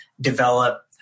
develop